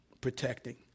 protecting